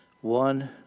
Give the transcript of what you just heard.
One